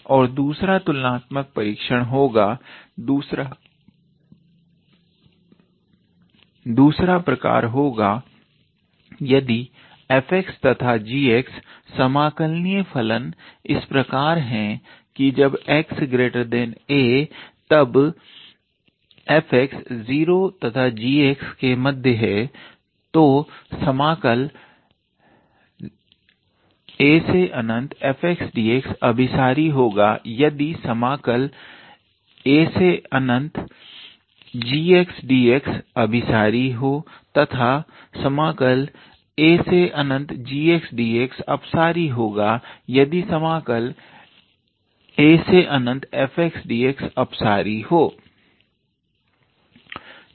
और दूसरा तुलनात्मक परीक्षण होगा दूसरा प्रकार होगा यदि f तथा g समाकलनीय फलन इस प्रकार है कि जब 𝑥 ≥ 𝑎 तब 0 ≤ 𝑓𝑥 ≤ 𝑔𝑥 तो समाकल afxdx अभिसारित होगा यदि समाकल agxdx अभिसारित हो तथा समाकल agxdx अपसारी होगा यदि समाकल afxdx अपसारी हो